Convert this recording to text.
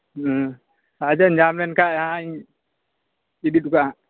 ᱟᱪᱪᱷᱟ ᱧᱟᱢ ᱞᱮᱱᱠᱷᱟᱡ ᱦᱟᱸᱜ ᱤᱧ ᱤᱫᱤ ᱦᱚᱴᱚ ᱠᱟᱜᱼᱟ